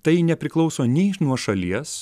tai nepriklauso nei nuo šalies